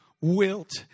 wilt